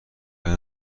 کاری